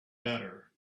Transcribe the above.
better